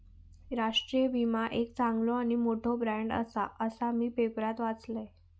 राष्ट्रीय विमा एक चांगलो आणि मोठो ब्रँड आसा, असा मी पेपरात वाचलंय